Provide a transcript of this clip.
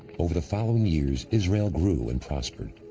over the following years, israel grew and prospered.